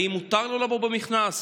האם מותר לבוא במכנסיים,